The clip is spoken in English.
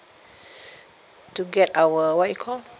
to get our what you call